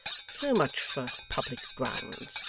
so much for public grounds.